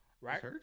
Right